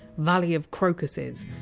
valley of crocuses,